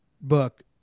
book